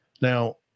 Now